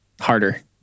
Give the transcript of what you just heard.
harder